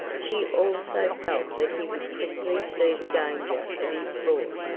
she also felt that he would quickly see the danger of his sport.